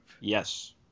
yes